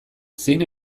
zein